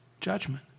judgment